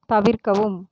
தவிர்க்கவும்